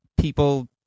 people